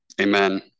amen